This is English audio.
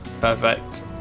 Perfect